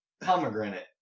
pomegranate